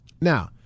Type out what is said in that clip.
Now